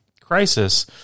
crisis